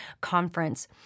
conference